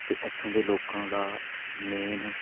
ਅਤੇ ਇੱਥੋਂ ਦੇ ਲੋਕਾਂ ਦਾ ਮੇਨ